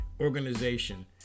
organization